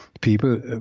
people